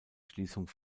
schließung